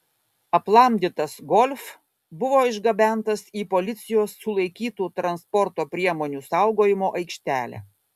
aplamdytas golf buvo išgabentas į policijos sulaikytų transporto priemonių saugojimo aikštelę